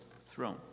throne